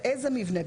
באיזה מבנה,